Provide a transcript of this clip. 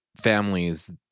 families